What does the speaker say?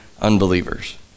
unbelievers